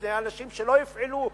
כדי שאנשים לא יפעלו,